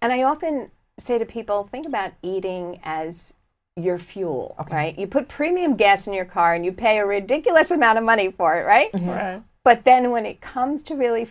and i often say to people think about eating as your fuel you put premium gas in your car and you pay a ridiculous amount of money for it right but then when it comes to really